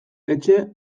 etxe